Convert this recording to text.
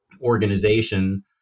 organization